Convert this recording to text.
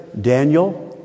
Daniel